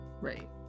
Right